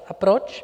A proč?